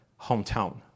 hometown